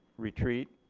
retreat,